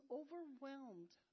overwhelmed